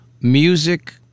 music